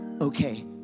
okay